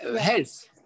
health